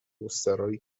مستراحی